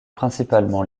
principalement